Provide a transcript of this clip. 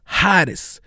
hottest